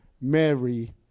Mary